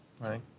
right